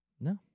No